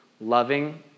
loving